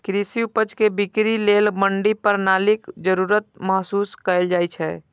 कृषि उपज के बिक्री लेल मंडी प्रणालीक जरूरत महसूस कैल जाइ छै